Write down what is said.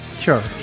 Sure